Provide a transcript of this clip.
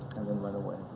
and then run away.